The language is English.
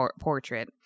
portrait